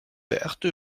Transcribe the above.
verte